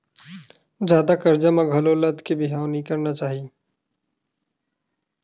जादा करजा म घलो लद के बिहाव नइ करना चाही